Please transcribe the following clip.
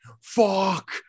Fuck